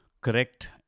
correct